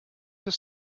des